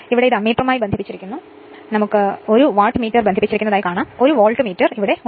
അതിനാൽ ഇത് അമ്മീറ്ററുമായി ബന്ധിപ്പിച്ചിരിക്കുന്നു 1 വാട്ട്മീറ്റർ ബന്ധിപ്പിച്ചിരിക്കുന്നു 1 വോൾട്ട്മീറ്റർ ഇവിടെയുണ്ട്